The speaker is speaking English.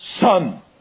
Son